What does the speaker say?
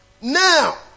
Now